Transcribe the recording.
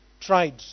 tried